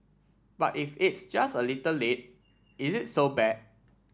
but if it's just a little late is it so bad